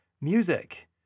music